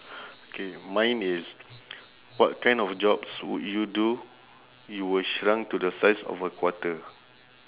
okay mine is what kind of jobs would you do you were shrunk to the size of a quarter